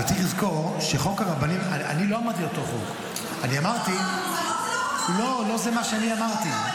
ולכן טוב עשיתם כך, ומוטב היה --- עוסקים